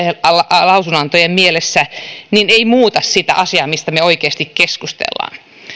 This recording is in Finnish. lausunnonantajien mielessä ei muuta sitä asiaa mistä me oikeasti keskustelemme